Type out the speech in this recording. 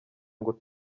ngo